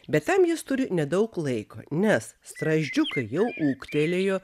bet tam jis turi nedaug laiko nes strazdžiukai jau ūgtelėjo